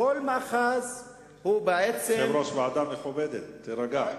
יושב-ראש ועדה מכובדת, תירגע.